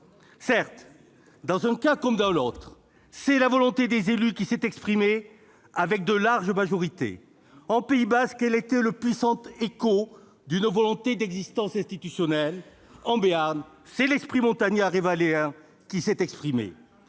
Certes, dans un cas comme dans l'autre, c'est la volonté des élus qui s'est exprimée, à de larges majorités : en Pays basque, elle était le puissant écho d'une volonté d'existence institutionnelle ; en Béarn, c'est l'esprit montagnard et « valléen » qui s'est manifesté.